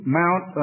mount